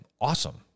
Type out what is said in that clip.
awesome